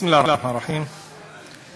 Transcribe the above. בסם אללה א-רחמאן א-רחים.